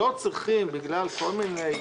לא צריכים בגלל כל מיני